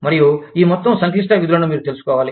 మరియు ఈ మొత్తం సంక్లిష్ట విధులను మీరు తెలుసుకోవాలి